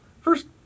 First